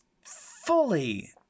fully